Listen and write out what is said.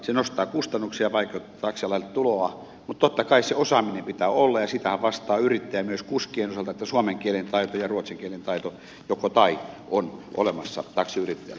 se nostaa kustannuksia ja vaikeuttaa taksialalle tuloa mutta totta kai se osaaminen pitää olla ja siitähän vastaa yrittäjä myös kuskien osalta että suomen kielen taito ja ruotsin kielen taito joko tai on olemassa taksiyrittäjällä